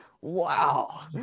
Wow